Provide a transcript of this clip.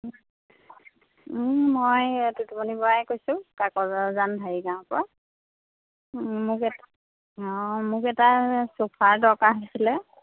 মই টুটুমণি বৰাই কৈছোঁ কাকজান ঢাৰিগাঁৱৰ পৰা মোক এটা মোক এটা চোফাৰ দৰকাৰ হৈছিল